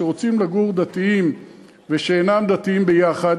שבו דתיים ושאינם דתיים רוצים לגור ביחד,